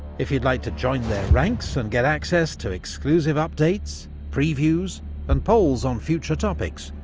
if you'd like to join their ranks and get access to exclusive updates, previews and polls on future topics,